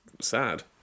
sad